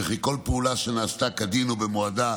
וכי כל פעולה שנעשתה כדין ובמועדה